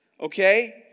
Okay